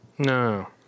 no